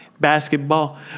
Basketball